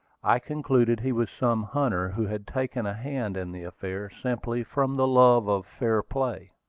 i concluded he was some hunter, who had taken a hand in the affair simply from the love of fair play.